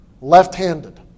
left-handed